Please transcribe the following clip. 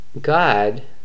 God